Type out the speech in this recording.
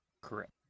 Correct